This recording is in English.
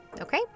okay